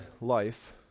life